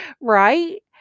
Right